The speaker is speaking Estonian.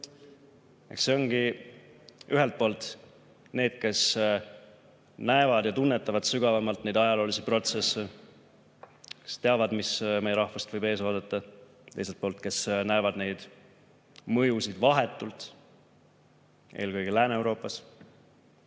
et ühelt poolt need, kes näevad ja tunnetavad sügavamalt neid ajaloolisi protsesse, teavad, mis meie rahvast võib ees oodata. Teiselt poolt, need inimesed, kes näevad neid mõjusid vahetult eelkõige Lääne-Euroopas,